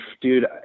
dude